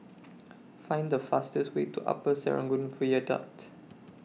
Find The fastest Way to Upper Serangoon Viaduct